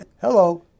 Hello